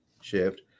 shift